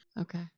Okay